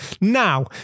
Now